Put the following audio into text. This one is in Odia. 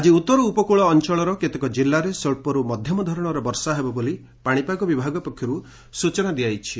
ଆକି ଉତ୍ତର ଉପକୁଳ ଅଞ୍ଞଳର କେତେକ ଜିଲ୍ଲାରେ ସ୍ୱଚ୍ଚରୁ ମଧ୍ଧମଧରଣର ବର୍ଷା ହେବ ବୋଲି ପାଶିପାଗ ବିଭାଗ ପକ୍ଷରୁ ସୂଚନା ଦିଆଯାଇଛି